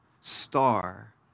star